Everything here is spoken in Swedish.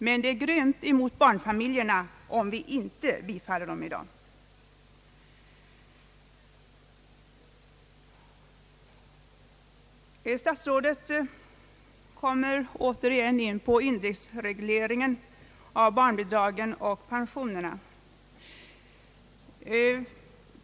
Men det är grymt mot barnfamiljerna om vi inte bifaller motionerna i dag. Statsrådet kom åter in på frågan om indexregleringen av barnbidragen och pensionerna.